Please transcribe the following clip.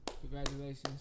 Congratulations